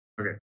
Okay